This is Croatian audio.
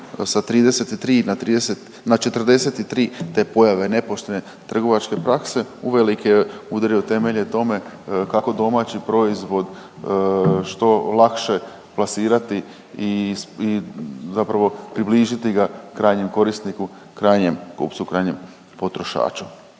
sa 33 na 43 te pojave nepoštene trgovačke prakse uvelike je udario temelje tome kako domaći proizvod što lakše plasirati i zapravo približiti ga krajnjem korisniku, krajnjem kupcu, krajnjem potrošaču.